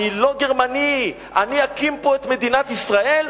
אני לא גרמני, אני אקים פה את מדינת ישראל?